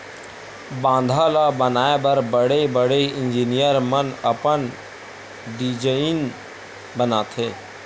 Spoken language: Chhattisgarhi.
बांधा ल बनाए बर बड़े बड़े इजीनियर मन अपन डिजईन बनाथे